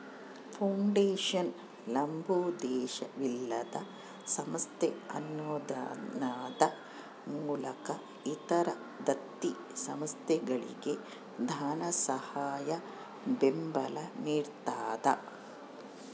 foundation ಲಾಭೋದ್ದೇಶವಿಲ್ಲದ ಸಂಸ್ಥೆ ಅನುದಾನದ ಮೂಲಕ ಇತರ ದತ್ತಿ ಸಂಸ್ಥೆಗಳಿಗೆ ಧನಸಹಾಯ ಬೆಂಬಲ ನಿಡ್ತದ